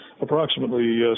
approximately